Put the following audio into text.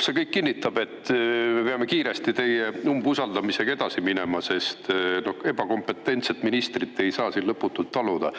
see kõik kinnitab, et me peame kiiresti teie umbusaldamisega edasi minema, sest ebakompetentset ministrit ei saa lõputult taluda.